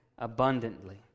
abundantly